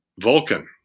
Vulcan